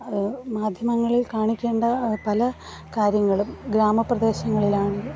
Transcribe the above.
മാധ്യമങ്ങളിൽ കാണിക്കേണ്ട പല കാര്യങ്ങളും ഗ്രാമപ്രദേശങ്ങളിലാണ്